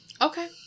Okay